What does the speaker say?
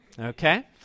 okay